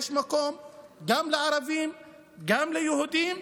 יש מקום גם לערבים וגם ליהודים,